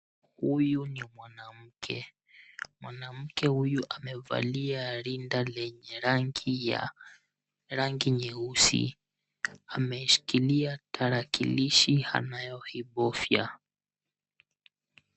Huyu ni mwanamke, mwanamke huyu amevalia rinda lenye rangi nyeusi ameshikilia tarakilishi anayoibofya.